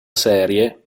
serie